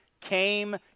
came